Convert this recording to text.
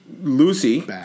Lucy